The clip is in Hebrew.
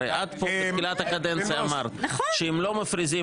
הרי את פה בתחילת הקדנציה אמרת שאם לא מפריזים